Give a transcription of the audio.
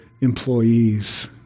employees